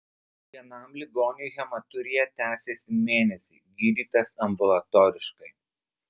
vienam ligoniui hematurija tęsėsi mėnesį gydytas ambulatoriškai